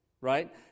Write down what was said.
right